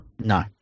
No